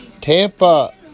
Tampa